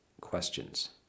questions